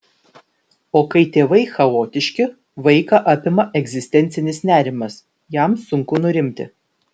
o kai tėvai chaotiški vaiką apima egzistencinis nerimas jam sunku nurimti